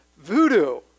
voodoo